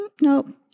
Nope